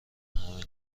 همین